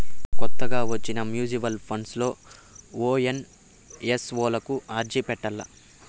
కొత్తగా వచ్చిన mutual funds లో ఓ ఎన్.ఎఫ్.ఓ లకు అర్జీ పెట్టల్ల